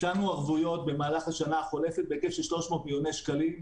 הפחתנו ערבויות במהלך השנה החולפת בהיקף של 300 מיליוני שקלים,